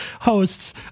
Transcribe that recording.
hosts